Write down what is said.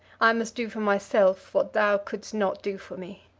i must do for myself what thou couldst not do for me.